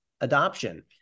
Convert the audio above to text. adoption